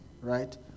Right